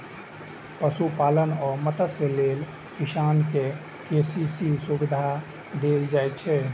पशुपालन आ मत्स्यपालन लेल किसान कें के.सी.सी सुविधा देल जाइ छै